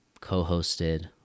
co-hosted